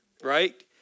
right